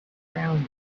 rounded